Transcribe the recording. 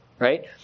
right